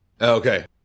Okay